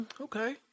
Okay